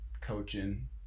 coaching